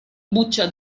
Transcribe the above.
buccia